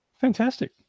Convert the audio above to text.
fantastic